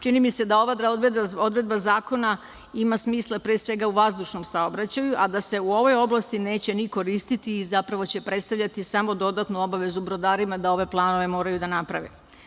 Čini mi se da ova odredba zakona ima smisla pre svega u vazdušnom saobraćaju, a da se u ovoj oblasti neće ni koristiti i zapravo će predstavljati samo dodatnu obavezu brodarima da ove planove moraju da naprave.